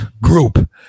group